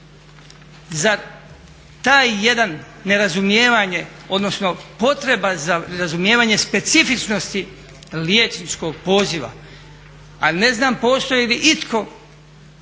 Za taj jedan nerazumijevanje, odnosno potreba za razumijevanje specifičnosti liječničkog poziva, a ne znam postoji li itko